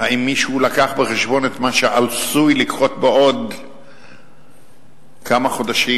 האם מישהו הביא בחשבון את מה שעשוי לקרות בעוד כמה חודשים?